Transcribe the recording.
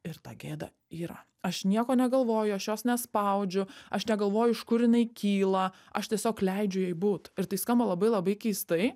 ir ta gėda yra aš nieko negalvoju aš jos nespaudžiu aš negalvoju iš kur jinai kyla aš tiesiog leidžiu jai būt ir tai skamba labai labai keistai